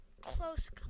close